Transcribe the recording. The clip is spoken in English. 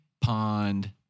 pond